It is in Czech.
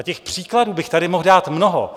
A těch příkladů bych tady mohl dát mnoho.